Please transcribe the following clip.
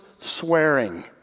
swearing